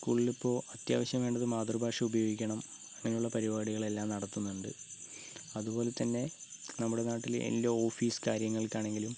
സ്കൂളിലിപ്പോൾ അത്യാവശ്യം വേണ്ടത് മാതൃഭാഷ ഉപയോഗിക്കണം അങ്ങനെയുള്ള പരിപാടികളെല്ലാം നടത്തുന്നുണ്ട് അതുപോലെത്തന്നെ നമ്മുടെ നാട്ടിലെ എല്ലാ ഓഫീസ് കാര്യങ്ങൾക്കാണെങ്കിലും